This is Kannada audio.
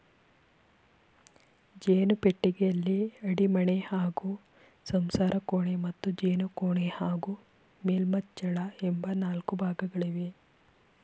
ಜೇನು ಪೆಟ್ಟಿಗೆಯಲ್ಲಿ ಅಡಿಮಣೆ ಹಾಗೂ ಸಂಸಾರಕೋಣೆ ಮತ್ತು ಜೇನುಕೋಣೆ ಹಾಗೂ ಮೇಲ್ಮುಚ್ಚಳ ಎಂಬ ನಾಲ್ಕು ಭಾಗಗಳಿವೆ